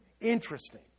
Interesting